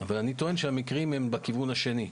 אני טוען שהמקרים הם בכיוון השני,